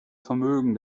vermögen